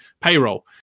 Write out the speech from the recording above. payroll